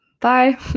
Bye